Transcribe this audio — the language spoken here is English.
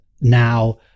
now